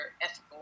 ethical